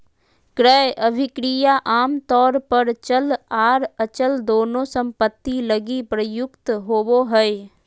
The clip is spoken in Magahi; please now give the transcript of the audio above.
क्रय अभिक्रय आमतौर पर चल आर अचल दोनों सम्पत्ति लगी प्रयुक्त होबो हय